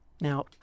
Now